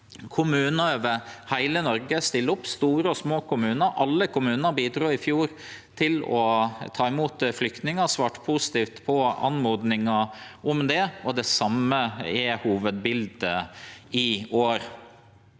Kommunar over heile Noreg stiller opp – store og små kommunar. Alle kommunane bidrog i fjor til å ta imot flyktningar og svarte positivt på oppmodingar om det, og det same er hovudbiletet i år.